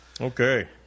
Okay